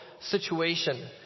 situation